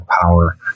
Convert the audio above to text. power